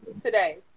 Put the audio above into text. today